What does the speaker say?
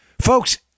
Folks